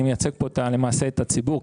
אני מייצג פה למעשה את הציבור.